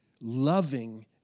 loving